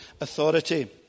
authority